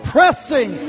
Pressing